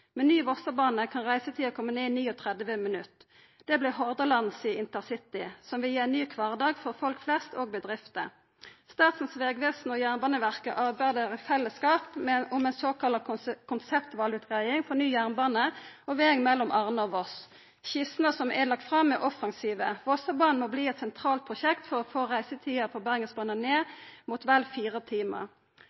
Med ein ny Vossabane kan reisetida koma ned i 39 minutt – det vert Hordaland sin intercity, som vi gi ein ny kvardag for folk flest og bedrifter. Statens vegvesen og Jernbaneverket arbeider i fellesskap med ei såkalla konseptvalutgreiing for ny jernbane og veg mellom Arna og Voss. Skissene som er lagde fram, er offensive. Vossabanen må verta eit sentralt prosjekt for å få reisetida på Bergensbanen ned mot vel fire timar.